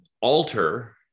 alter